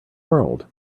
world